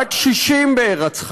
בת 60 בהירצחה,